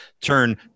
turn